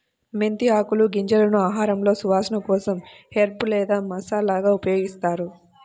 మెంతి ఆకులు, గింజలను ఆహారంలో సువాసన కోసం హెర్బ్ లేదా మసాలాగా ఉపయోగిస్తారు